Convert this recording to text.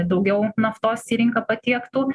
daugiau naftos į rinką patiektų